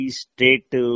state